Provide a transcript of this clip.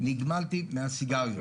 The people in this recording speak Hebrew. והפסקתי לעשן.